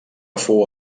fou